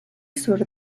sur